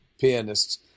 pianists